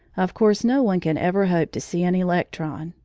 of course no one can ever hope to see an electron,